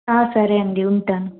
ఆ సరే అండి ఉంటాను